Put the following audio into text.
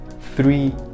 three